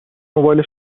موبایل